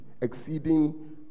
exceeding